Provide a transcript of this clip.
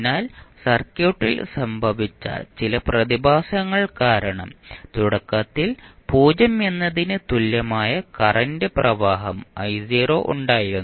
അതിനാൽ സർക്യൂട്ടിൽ സംഭവിച്ച ചില പ്രതിഭാസങ്ങൾ കാരണം തുടക്കത്തിൽ 0 എന്നതിന് തുല്യമായ കറന്റ് പ്രവാഹം ഉണ്ടായിരുന്നു